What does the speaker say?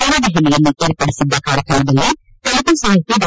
ನವದೆಹಲಿಯಲ್ಲಿ ಏರ್ಪದಿಸಿದ್ದ ಕಾರ್ಯಕ್ರಮದಲ್ಲಿ ತೆಲುಗು ಸಾಹಿತಿ ಡಾ